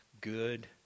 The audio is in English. good